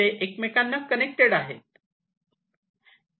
ते एकमेकांना कनेक्टेड आहे